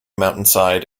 mountainside